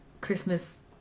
Christmas